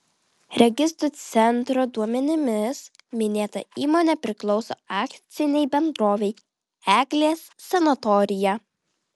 registrų centro duomenimis minėta įmonė priklauso akcinei bendrovei eglės sanatorija